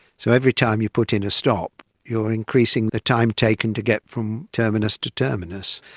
so every time you put in a stop you're increasing the time taken to get from terminus to terminus.